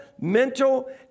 mental